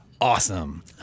awesome